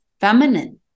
feminine